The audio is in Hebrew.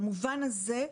במובן הזה,